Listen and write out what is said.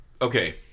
okay